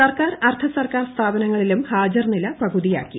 സർക്കാർ അർദ്ധസർക്കാർ സ്ഥാപനങ്ങളിലും ഹാജർ നില പകുതിയാക്കി